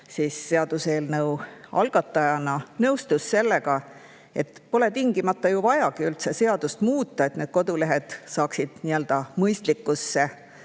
Valge seaduseelnõu algatajana nõustus sellega, et pole tingimata ju vajagi üldse seadust muuta, et need kodulehed saaksid tõlgitud nii-öelda mõistlikus